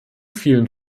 vielen